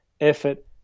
effort